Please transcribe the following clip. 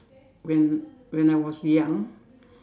when when I was young